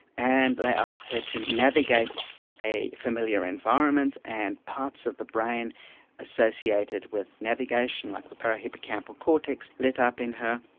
and they asked her to navigate a familiar environment, and parts of the brain associated with navigation like the parahippocampal cortex lit up in her.